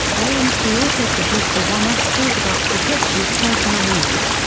amc also produced a one-off sportabout for gucci's personal use.